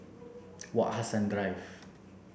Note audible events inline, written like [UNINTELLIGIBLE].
Wak Hassan [UNINTELLIGIBLE]